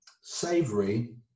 savory